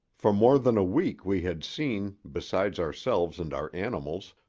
for more than a week we had seen, besides ourselves and our animals,